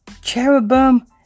Cherubim